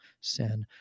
sin